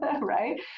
right